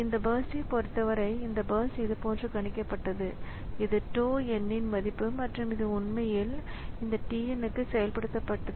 இந்த பர்ஸைப் பொறுத்தவரை இந்த பர்ஸ்ட் இதுபோன்று கணிக்கப்பட்டது இது tau n இன் மதிப்பு மற்றும் இது உண்மையில் இந்த t n க்கு செயல்படுத்தப்பட்டது